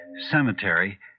Cemetery